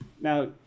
Now